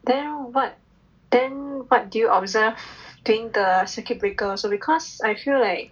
then what then what do you observe during the circuit breaker so because I feel like